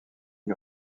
une